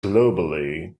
globally